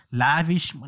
lavish